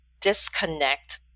disconnect